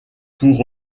pour